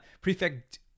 prefect